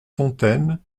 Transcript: fontaine